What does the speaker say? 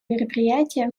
мероприятия